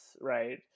Right